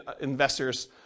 investors